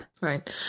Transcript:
Right